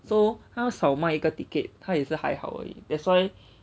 他少买一个 ticket 他也是还好而已 that's why